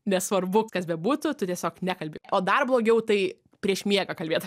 nesvarbu kas bebūtų tu tiesiog nekalbi o dar blogiau tai prieš miegą kalbėt